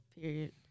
Period